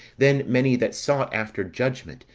then many that sought after judgment,